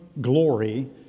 glory